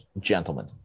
gentlemen